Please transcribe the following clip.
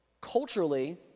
culturally